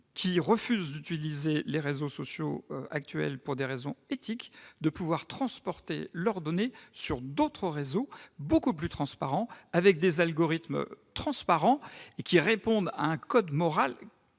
qui refusent d'utiliser les réseaux sociaux actuels pour des raisons éthiques de faire migrer leurs données sur d'autres réseaux beaucoup plus transparents, utilisant des algorithmes qui répondent à un code moral